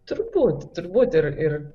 turbūt turbūt ir ir